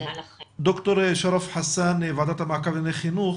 נפנה לד"ר שרף חסאן מוועדת המעקב לענייני החינוך